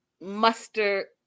muster